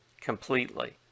completely